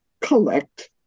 collect